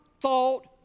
thought